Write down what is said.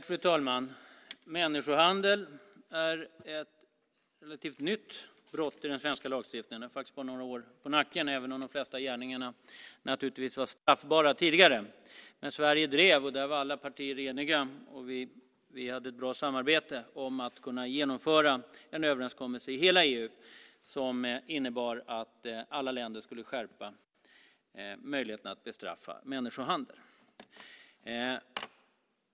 Fru talman! Människohandel är ett relativt nytt brott i den svenska lagstiftningen. Det har faktiskt bara några år på nacken, även om de flesta gärningarna naturligtvis var straffbara också tidigare. Sverige drev - här var alla partier eniga, och vi hade ett bra samarbete - igenom en överenskommelse i hela EU, som innebar att alla länder skulle skärpa möjligheterna att bestraffa människohandel.